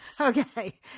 Okay